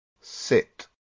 sit